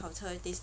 考车